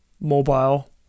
mobile